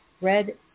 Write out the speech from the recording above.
red